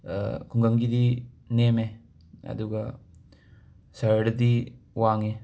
ꯈꯨꯡꯒꯪꯒꯤꯗꯤ ꯅꯦꯝꯃꯦ ꯑꯗꯨꯒ ꯁꯍꯔꯗꯗꯤ ꯋꯥꯡꯉꯦ